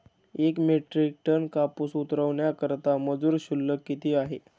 एक metric tonne कापूस उतरवण्याकरता मजूर शुल्क किती आहे?